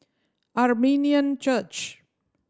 Armenian Church